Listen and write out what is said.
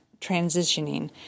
transitioning